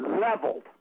leveled